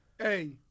Hey